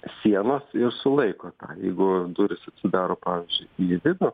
sienos ir sulaiko jeigu durys atsidaro pavyzdžiui į vidų